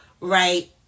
right